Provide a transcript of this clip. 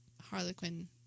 Harlequin